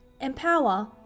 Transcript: empower